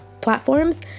platforms